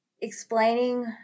explaining